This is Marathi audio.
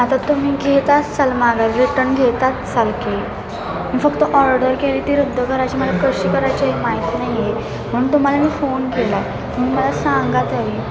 आता तुम्ही घेत असाल मागं रिटर्न घेतात सारखे मी फक्त ऑर्डर केली ती रद्द करायची मला कशी करायची ही माहिती नाही आहे म्हणून तुम्हाला मी फोन केला आहे तुम्ही मला सांगा तरी